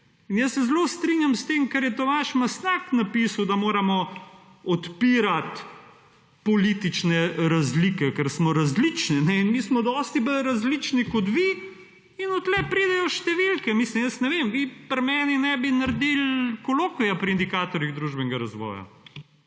In jaz se zelo strinjam s tem, kar je Tomaž Mastnak napisal, da moramo odpirati politične razlike, ker smo različni. Mi smo dosti bolj različni kot vi in od tukaj pridejo številke. Mislim, jaz ne vem, vi pri meni nebi naredili kolokvija pri indikatorjih družbenega razvoja.